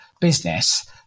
business